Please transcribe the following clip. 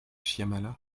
shyamala